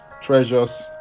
treasures